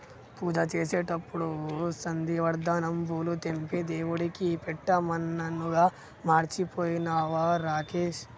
పూజ చేసేటప్పుడు నందివర్ధనం పూలు తెంపి దేవుడికి పెట్టమన్నానుగా మర్చిపోయినవా రాకేష్